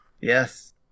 Yes